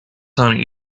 time